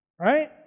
Right